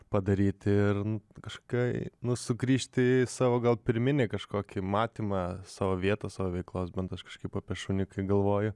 padaryti ir kažkaip nu sugrįžti į savo gal pirminį kažkokį matymą savo vietos savo veikos bent aš kažkaip apie šunį kai galvoju